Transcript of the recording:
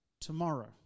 tomorrow